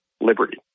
liberty